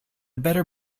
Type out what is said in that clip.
better